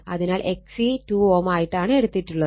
അതിനാൽ XC 2 Ω ആയിട്ടാണ് എടുക്കുന്നത്